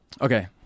Okay